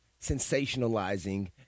sensationalizing